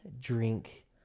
drink